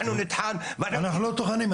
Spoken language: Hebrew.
אנחנו נטחן --- אנחנו לא טוחנים,